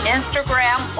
Instagram